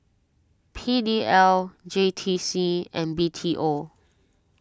P D L J T C and B T O